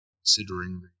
considering